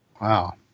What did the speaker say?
Wow